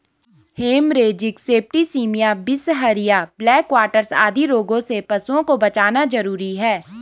haemorrhagic septicaemia, बिसहरिया, black quarters आदि रोगों से पशुओं को बचाना जरूरी है